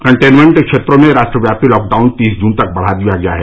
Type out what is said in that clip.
containment क्षेत्रों में राष्ट्रव्यापी लॉकडाउन तीस जून तक बढ़ा दिया गया है